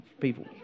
people